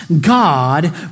God